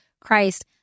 Christ